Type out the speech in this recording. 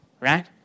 right